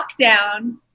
lockdown